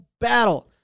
battle